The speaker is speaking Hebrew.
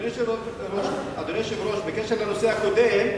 אדוני היושב-ראש, בקשר לנושא הקודם,